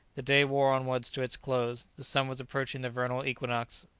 the day wore onwards to its close. the sun was approaching the vernal equinox,